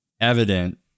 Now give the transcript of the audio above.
evident